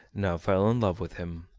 now fell in love with him.